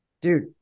Dude